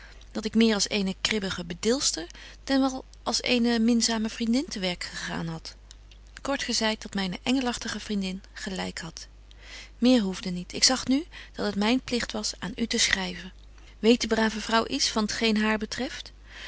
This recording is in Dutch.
dat ik meer als eene kribbige bedilster dan wel als eene minzame vriendin te werk gegaan had kort gezeit dat myne engelachtige vriendin gelyk hadt meer hoefde niet ik zag nu dat het myn pligt was aan u te schryven weet de brave vrouw iets van t geen haar betreft